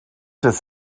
des